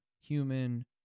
human